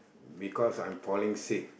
because I'm falling sick